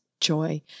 joy